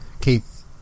Keith